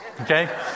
Okay